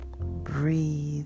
breathe